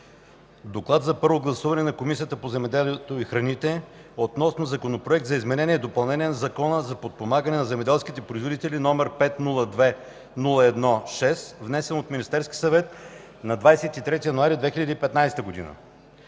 „ДОКЛАД за първо гласуване на Комисията по земеделието и храните относно Законопроект за изменение и допълнение на Закона за подпомагане на земеделските производители, № 502-01-6, внесен от Министерския съвет на 23 януари 2015 г.